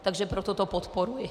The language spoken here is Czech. Takže proto to podporuji.